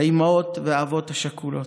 לאימהות ולאבות השכולים,